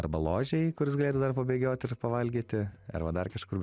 arba ložėj kur jis galėtų dar pabėgiot ir pavalgyti arba dar kažkur